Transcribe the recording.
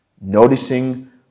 Noticing